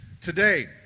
Today